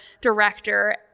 director